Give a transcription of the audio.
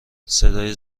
صدای